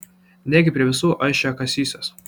negi prie visų aš čia kasysiuos